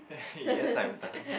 yes I'm done